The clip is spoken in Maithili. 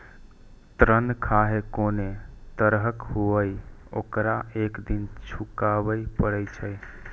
ऋण खाहे कोनो तरहक हुअय, ओकरा एक दिन चुकाबैये पड़ै छै